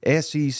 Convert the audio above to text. SEC